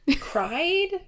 Cried